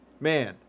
Man